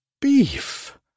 beef